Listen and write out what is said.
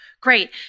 Great